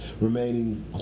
remaining